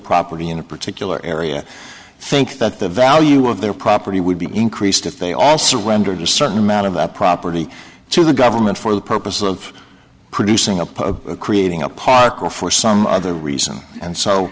property in a particular area think that the value of their property would be increased if they all surrendered a certain amount of that property to the government for the purpose of producing a pub creating a park or for some other reason and so